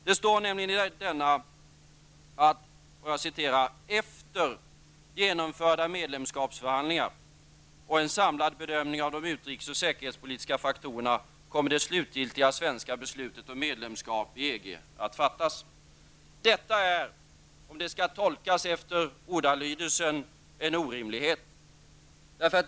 Det står i deklarationen: ''Efter genomförda medlemskapsförhandlingar och en samlad bedömning av de utrikes och säkerhetspolitiska faktorerna kommer det slutgiltiga svenska beslutet om medlemskap i EG att fattas.'' Detta är -- om det skall tolkas efter ordalydelsen -- en orimlighet.